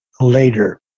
later